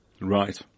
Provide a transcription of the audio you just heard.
Right